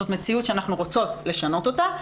זאת מציאות שאנחנו רוצות לשנות אותה,